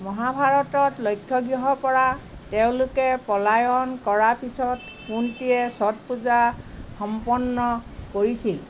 মহাভাৰতত লক্ষ্য় গৃহৰ পৰা তেওঁঁলোকে পলায়ন কৰাৰ পিছত কুন্তীয়ে ষঠ পূজা সম্পন্ন কৰিছিল